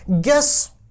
Guess